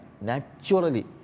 naturally